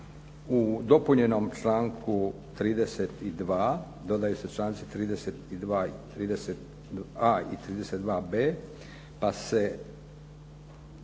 u dopunjenom članku 32. dodaju se članci 30a. i 32b. pa se